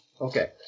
Okay